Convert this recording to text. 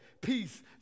peace